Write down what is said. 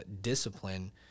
discipline